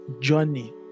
journey